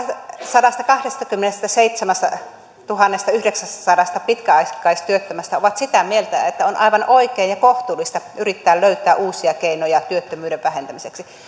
sadastakahdestakymmenestäseitsemästätuhannestayhdeksästäsadasta pitkäaikaistyöttömästä on sitä mieltä että on aivan oikein ja kohtuullista yrittää löytää uusia keinoja työttömyyden vähentämiseksi myös